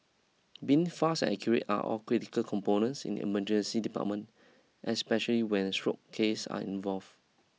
being fast and accurate are all critical components in emergency department especially when stroke cases are involved